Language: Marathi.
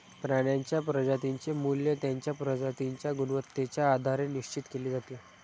प्राण्यांच्या प्रजातींचे मूल्य त्यांच्या प्रजातींच्या गुणवत्तेच्या आधारे निश्चित केले जाते